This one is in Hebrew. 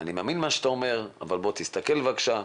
אני מאמין למה שאתה אומר אבל תסתכל בבקשה',